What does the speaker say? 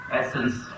essence